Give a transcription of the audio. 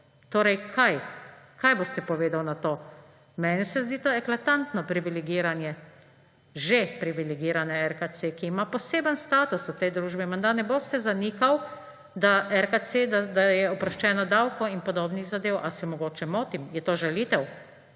Torej, kaj, kaj boste povedali na to. Meni se zdi to eklatantno privilegiranje že privilegirane RKC, ki ima poseben status v tej družbi. Menda ne boste zanikali, da RKC, da je oproščena davkov in podobnih zadev. A se mogoče motim? Je to žalitev?